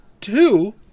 two